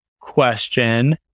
question